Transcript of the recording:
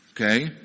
Okay